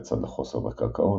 לצד החוסר בקרקעות,